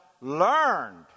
learned